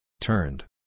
Turned